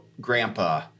grandpa